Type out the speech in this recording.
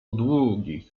długich